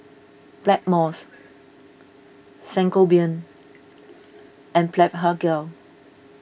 Blackmores Sangobion and Blephagel